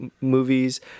movies